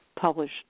published